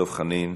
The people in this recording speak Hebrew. דב חנין.